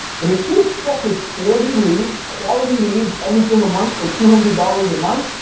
but if you expected forty leads, quality leads every single month for two hundred dollars a month,